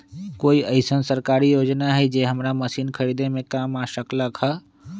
कोइ अईसन सरकारी योजना हई जे हमरा मशीन खरीदे में काम आ सकलक ह?